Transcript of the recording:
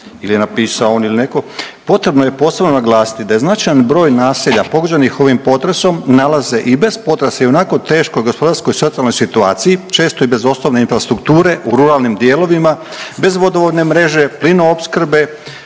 ili je napisao on il neko, „potrebno je posebno naglasiti da je značajan broj naselja pogođenih ovim potresom nalaze i bez potresa i onako teškoj gospodarskoj i socijalnoj situaciji često i bez osnovne infrastrukture u ruralnim dijelovima, bez vodovodne mreže, plinoopskrbe,